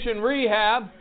rehab